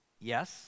Yes